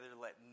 let